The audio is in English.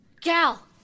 Gal